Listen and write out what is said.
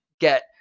Get